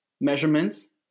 measurements